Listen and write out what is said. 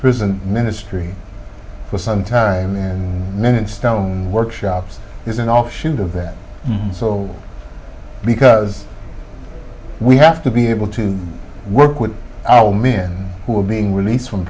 prison ministry for some time in minute stone workshops is an offshoot of that so because we have to be able to work with our home in who are being release